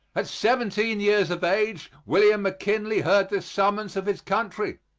at seventeen years of age william mckinley heard this summons of his country.